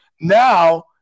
Now